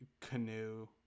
canoe